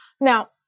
Now